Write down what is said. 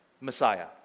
Messiah